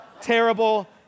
terrible